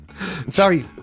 Sorry